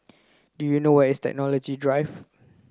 do you know where is Technology Drive